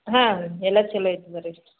ಹಾಂ ಎಲ್ಲ ಚಲೋ ಐತಿ ಬರ್ರಿ